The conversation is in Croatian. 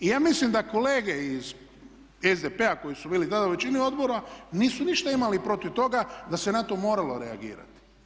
I ja mislim da kolege iz SDP-a koji su bili tamo na većini odbora nisu ništa imali protiv toga da se na to moralo reagirati.